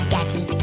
Daddy